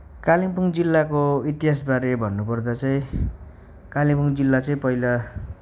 कालिम्पोङ जिल्लाको इतिहासबारे भन्नुपर्दा चाहिँ कालिम्पोङ जिल्ला चाहिँ पहिला